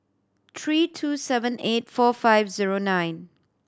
three two seven eight four five zero nine